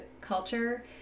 culture